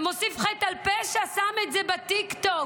מוסיף חטא על פשע ושם את זה בטיקטוק,